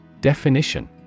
Definition